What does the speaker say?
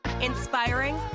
inspiring